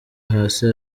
hasi